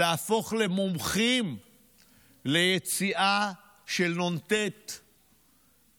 להפוך למומחים ליציאה של נ"ט